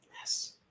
Yes